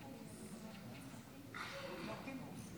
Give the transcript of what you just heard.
עכשיו פינדרוס.